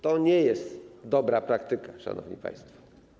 To nie jest dobra praktyka, szanowni państwo.